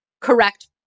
correct